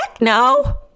no